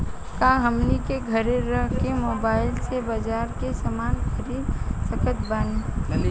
का हमनी के घेरे रह के मोब्बाइल से बाजार के समान खरीद सकत बनी?